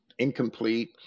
incomplete